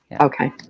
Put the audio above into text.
Okay